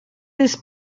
this